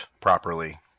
properly